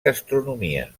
gastronomia